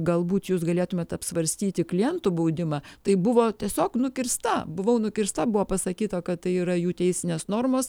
galbūt jūs galėtumėt apsvarstyti klientų baudimą tai buvo tiesiog nukirsta buvau nukirsta buvo pasakyta kad tai yra jų teisinės normos